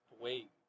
Wait